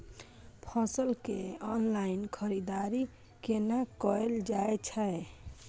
फसल के ऑनलाइन खरीददारी केना कायल जाय छै?